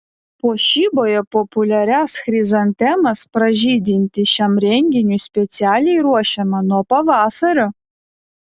puošyboje populiarias chrizantemas pražydinti šiam renginiui specialiai ruošiama nuo pavasario